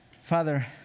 Father